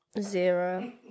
Zero